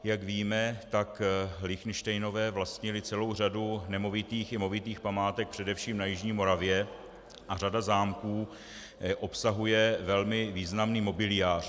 Jak víme, tak Lichtenštejnové vlastnili celou řadu nemovitých i movitých památek především na jižní Moravě a řada zámků obsahuje velmi významný mobiliář.